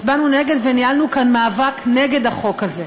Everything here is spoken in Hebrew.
הצבענו נגד וניהלנו כאן מאבק נגד החוק הזה,